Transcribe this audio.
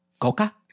coca